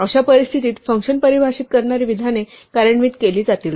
अशा परिस्थितीत फंक्शन परिभाषित करणारी विधाने कार्यान्वित केली जातील